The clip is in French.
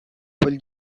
paul